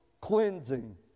cleansing